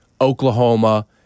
Oklahoma